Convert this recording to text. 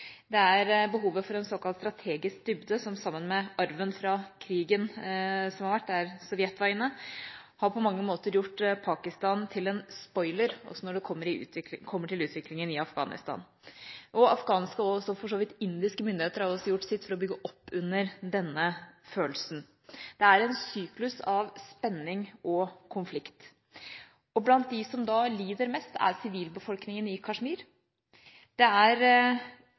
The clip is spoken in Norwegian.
vært, der Sovjet var inne, på mange måter gjort Pakistan til en spoiler også når det kommer til utviklingen i Afghanistan. Afghanske – og for så vidt indiske myndigheter – har også gjort sitt for å bygge opp under denne følelsen. Det er en syklus av spenning og konflikt, og blant dem som da lider mest, er sivilbefolkningen i Kashmir. Man er